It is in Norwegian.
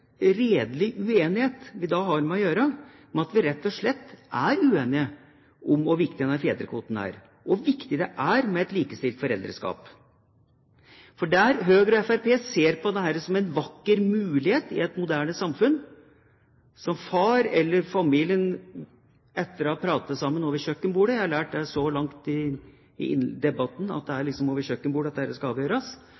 redelig uenighet vi har med å gjøre. Vi er rett og slett er uenige om hvor viktig denne fedrekvoten er, hvor viktig det er med et likestilt foreldreskap. Høyre og Fremskrittspartiet ser på dette som en vakker mulighet i et moderne samfunn, noe familien har snakket sammen over kjøkkenbordet om. Jeg har lært det så langt i debatten at det er